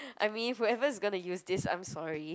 I mean whoever's gonna use this I'm sorry